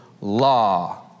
law